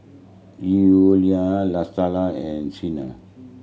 Eulalie Latasha and Siena